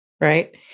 right